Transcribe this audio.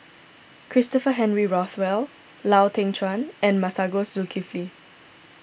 Christopher Henry Rothwell Lau Teng Chuan and Masagos Zulkifli